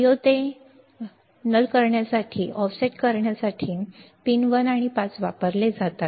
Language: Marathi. Vo ते null करण्यासाठी ऑफसेट करण्यासाठी पिन 1 आणि 5 वापरले जातात